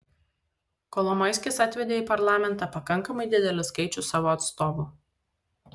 kolomoiskis atvedė į parlamentą pakankamai didelį skaičių savo atstovų